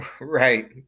Right